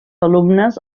alumnes